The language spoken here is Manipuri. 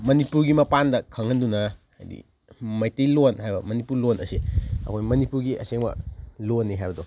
ꯃꯅꯤꯄꯨꯔꯒꯤ ꯃꯄꯥꯟꯗ ꯈꯪꯍꯟꯗꯨꯅ ꯍꯥꯏꯗꯤ ꯃꯩꯇꯩꯂꯣꯟ ꯍꯥꯏꯕ ꯃꯅꯤꯄꯨꯔ ꯂꯣꯟ ꯑꯁꯦ ꯑꯩꯈꯣꯏ ꯃꯅꯤꯄꯨꯔꯒꯤ ꯑꯁꯦꯡꯕ ꯂꯣꯟꯅꯤ ꯍꯥꯏꯕꯗꯣ